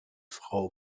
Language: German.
frau